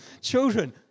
Children